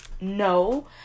no